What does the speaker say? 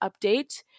update